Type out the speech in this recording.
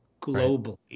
globally